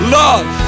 love